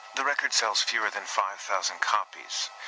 the record sells fewer than five thousand copies.